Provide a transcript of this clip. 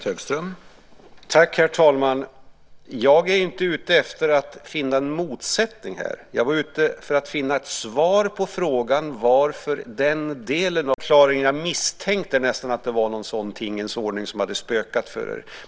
Herr talman! Jag tackar för den förklaringen. Jag misstänkte nästan att det var någon sådan tingens ordning som hade spökat för er.